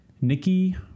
Nikki